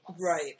Right